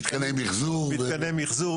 מתקני מחזור,